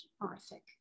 horrific